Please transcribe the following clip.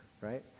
right